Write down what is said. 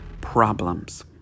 problems